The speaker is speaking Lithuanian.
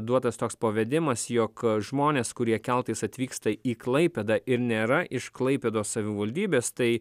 duotas toks pavedimas jog žmonės kurie keltais atvyksta į klaipėdą ir nėra iš klaipėdos savivaldybės tai